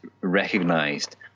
recognized